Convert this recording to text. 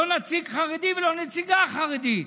לא נציג חרדי ולא נציגה חרדית,